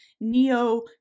neo